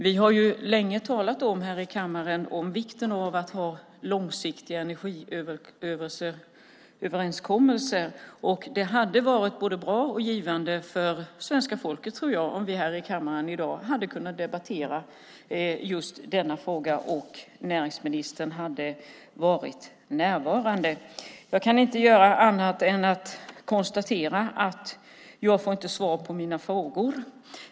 Vi har länge här i kammaren talat om vikten av att ha långsiktiga energiöverenskommelser, och det hade varit både bra och givande för svenska folket om vi här i kammaren i dag hade kunnat debattera just denna fråga och näringsministern hade varit närvarande. Jag kan inte göra annat än att konstatera att jag inte får svar på mina frågor.